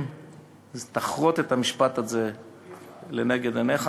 אז תחרות את המשפט הזה לנגד עיניך,